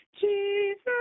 Jesus